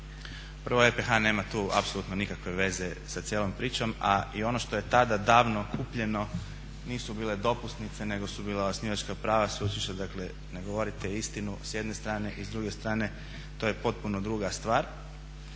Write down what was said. prvo EPH nema tu apsolutno nikakve veze sa cijelom pričom a i ono što je tada davno kupljeno nisu bile dopusnice nego su bila osnivačka prava sveučilišta, dakle ne govorite istinu s jedne strane i s druge strane to je potpuno druga stvar.